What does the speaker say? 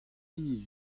hini